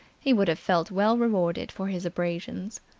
he would have felt well rewarded for his abrasions.